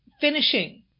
finishing